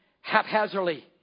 haphazardly